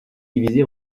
divisée